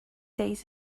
days